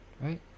right